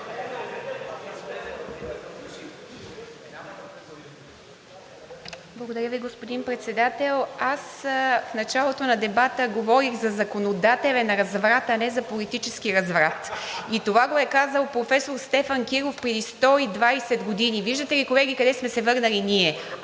Благодаря Ви, господин Председател. В началото на дебата говорих за законодателен разврат, а не за политически разврат. (Смях.) Това го е казал професор Стефан Киров преди 120 години. Виждате ли, колеги, къде сме се върнали ние?!